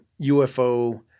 UFO